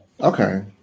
Okay